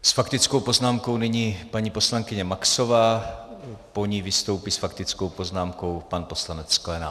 S faktickou poznámkou nyní paní poslankyně Maxová, po ní vystoupí s faktickou poznámkou pan poslanec Sklenák.